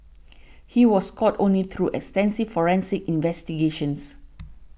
he was caught only through extensive forensic investigations